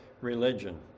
religion